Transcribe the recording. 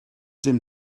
dim